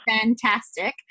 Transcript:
fantastic